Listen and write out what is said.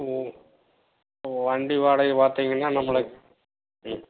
ம் வண்டி வாடகை பார்த்திங்கன்னா நம்மளுக்கு ம்